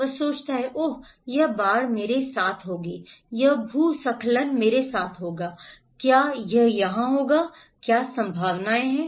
वह सोचता है ओह यह बाढ़ मेरे साथ होगी यह भूस्खलन मेरे साथ होगा क्या यह यहाँ होगा क्या संभावना है